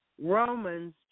Romans